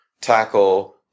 tackle